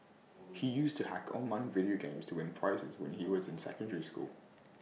he used to hack online video games to win prizes when he was in secondary school